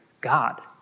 God